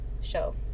show